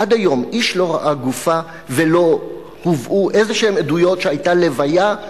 עד היום איש לא ראה גופה ולא הובאו עדויות כלשהן שהיתה הלוויה.